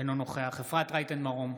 אינו נוכח אפרת רייטן מרום,